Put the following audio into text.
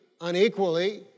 unequally